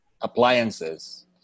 appliances